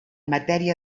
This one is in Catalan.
matèria